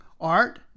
art